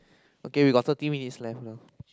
okay we got thirty minutes left now